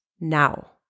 now